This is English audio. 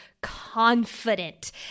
confident